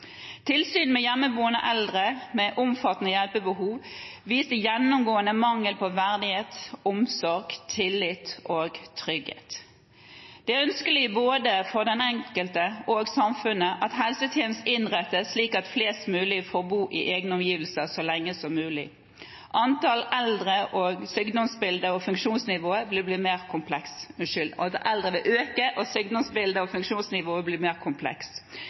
Tilsyn med hjemmeboende eldre med omfattende hjelpebehov viser gjennomgående mangel på verdighet, omsorg, tillit og trygghet. Det er ønskelig både for den enkelte og for samfunnet at helsetjenestene innrettes slik at flest mulig får bo i egne omgivelser så lenge som mulig. Antall eldre øker, og sykdomsbildet og funksjonsnivået blir mer komplekst, samtidig som vi ser at kommunene ligger etter når det